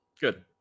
Good